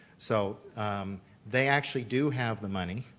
so they actually do have the money.